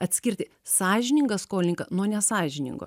atskirti sąžiningą skolininką nuo nesąžiningo